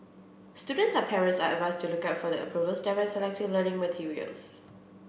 students and parents are advised to look out for the approval stamp when selecting learning materials